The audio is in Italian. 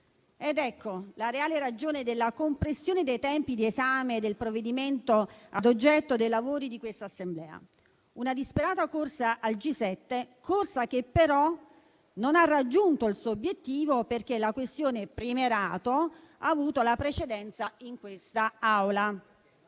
Infatti, la reale ragione della compressione dei tempi di esame del provvedimento ad oggetto dei lavori di questa Assemblea era una disperata corsa al G7, che però non ha raggiunto il suo obiettivo, perché la questione del premierato ha avuto la precedenza in quest'Aula.